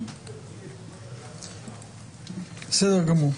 בסדר גמור.